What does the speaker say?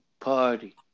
party